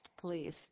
please